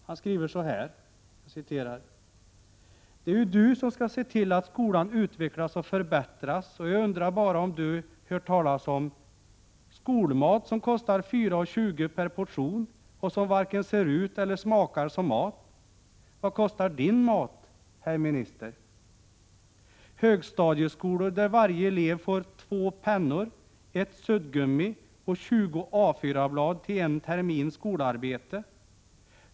Han skriver: ”Det är ju du som ska se till att skolan utvecklas och förbättras och jag undrar bara om du hört talas om: + Skolmat som kostar 4:20 per portion och som varken ser ut eller smakar som mat. Vad kostar din mat herr minister? Högstadieskolor där varje elev får: två pennor, ett suddgummi och tjugo A4 blad till en termins skolarbete.